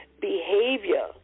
behavior